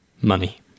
money